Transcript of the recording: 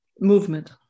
Movement